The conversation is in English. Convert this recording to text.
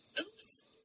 oops